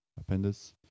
Appendix